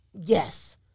Yes